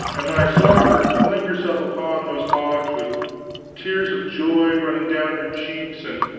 and when i saw her fling herself upon those hogs, with tears of joy running down her cheeks, and